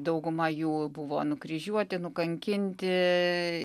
dauguma jų buvo nukryžiuoti nukankinti